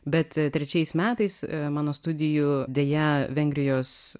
bet trečiais metais mano studijų deja vengrijos